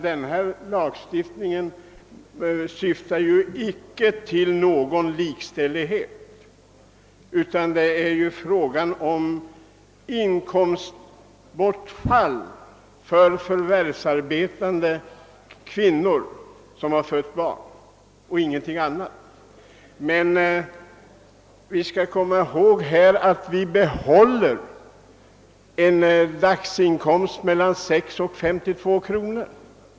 Denna lagstiftning syftar ju icke till någon likställighet, utan det gäller inkomstbortfall för förvärvsarbetande kvinnor som har fött barn. Någonting annat är det inte fråga om. Vi skall dock komma ihåg att vi behåller en dagsinkomst på mellan 6 och 52 kronor.